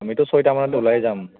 আমিতো ছয়টামানত ওলাই যাম